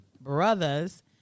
brothers